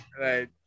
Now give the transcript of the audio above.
Right